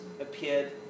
appeared